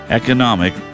economic